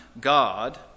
God